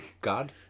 God